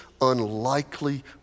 unlikely